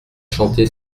chanter